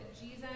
Jesus